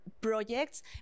projects